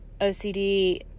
OCD